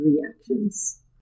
reactions